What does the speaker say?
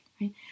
right